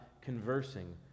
conversing